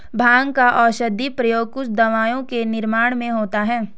भाँग का औषधीय प्रयोग कुछ दवाओं के निर्माण में होता है